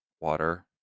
water